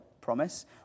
promise